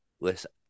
listen